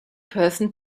person